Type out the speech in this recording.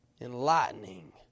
enlightening